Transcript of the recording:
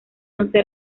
once